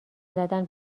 زدن